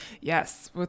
Yes